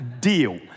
deal